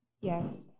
Yes